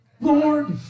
Lord